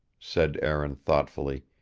said aaron thoughtfully,